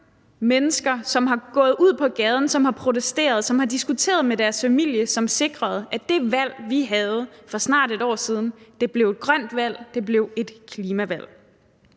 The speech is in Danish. mennesker, som er gået ud på gaden og har protesteret, som har diskuteret med deres familie – som havde sikret, at det valg, vi havde for snart et år siden, blev et grønt valg, at det blev et klimavalg.